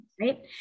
Right